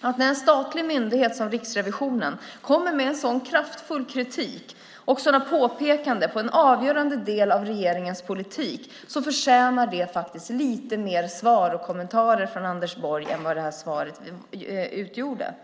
att när en statlig myndighet som Riksrevisionen kommer med en sådan kraftfull kritik och sådana påpekanden på en avgörande del av regeringens politik förtjänar det lite mer svar och kommentarer från Anders Borg än vad det här svaret utgjorde.